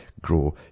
grow